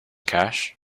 cash